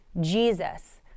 Jesus